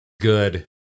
good